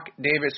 Davis